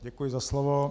Děkuji za slovo.